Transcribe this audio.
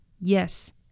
Yes